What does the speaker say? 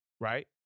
right